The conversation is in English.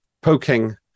poking